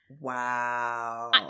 Wow